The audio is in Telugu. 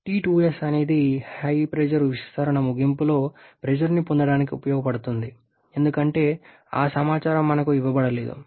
T2s అనేది HP విస్తరణ ముగింపులో ప్రెషర్ ని పొందడానికి ఉపయోగించబడుతుంది ఎందుకంటే ఆ సమాచారం మాకు ఇవ్వబడలేదు